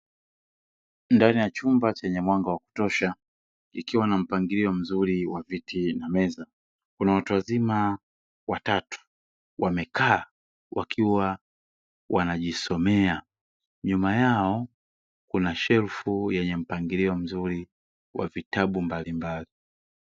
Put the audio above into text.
Ndani ya chumba chenye mwanga wa kutosha ikiwa na mpangilio mzuri wa viti na meza, kuna watu wazima watatu wamekaa wakiwa wanajisomea nyuma yao kuna shelfu yenye mpangilio mzuri wa vitabu mbalimbali.